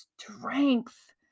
strength